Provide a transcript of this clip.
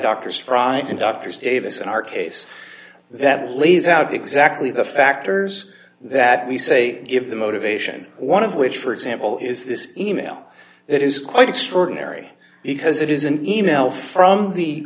doctors frightened doctors davis in our case that lays out exactly the factors that we say give the motivation one of which for example is this e mail that is quite extraordinary because it is an e mail from the